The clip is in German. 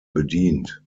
bedient